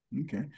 Okay